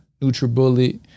Nutribullet